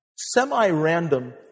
Semi-random